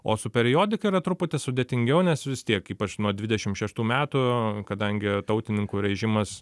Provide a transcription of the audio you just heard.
o su periodika yra truputį sudėtingiau nes vis tiek ypač nuo dvidešim šeštų metų kadangi tautininkų režimas